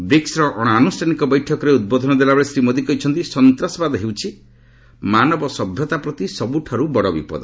ବ୍ରିକୁର ଅଣଆନ୍ଦ୍ରଷ୍ଠାନିକ ବୈଠକରେ ଉଦ୍ବୋଧନ ଦେଲାବେଳେ ଶ୍ରୀ ମୋଦି କହିଛନ୍ତି ସନ୍ତାସବାଦ ହେଉଛି ମାନବ ସଭ୍ୟତା ପ୍ରତି ସବ୍ରଠାର୍ଚ ବଡ଼ ବିପଦ